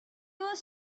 was